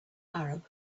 arab